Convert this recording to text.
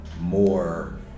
more